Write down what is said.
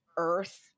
earth